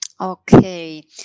okay